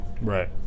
right